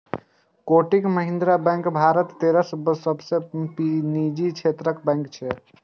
Kotak Mahindra bank Bharat तेसर सबसं पैघ निजी क्षेत्रक बैंक छियै